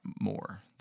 more